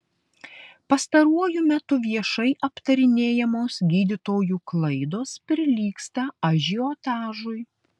pastaruoju metu viešai aptarinėjamos gydytojų klaidos prilygsta ažiotažui